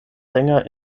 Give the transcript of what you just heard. sänger